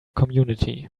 community